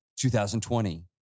2020